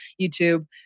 YouTube